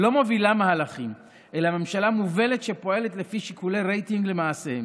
לא מובילה מהלכים אלא ממשלה מובלת שפועלת לפי שיקולי רייטינג למעשיהם.